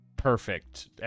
Perfect